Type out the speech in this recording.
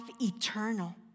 eternal